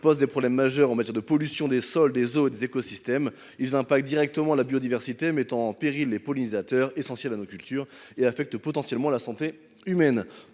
posent des problèmes majeurs en matière de pollution des sols, des eaux et des écosystèmes. Ils impactent directement la biodiversité, mettant en péril les pollinisateurs essentiels à nos cultures, et affectent potentiellement la santé humaine.